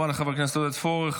תודה רבה לחבר הכנסת עודד פורר.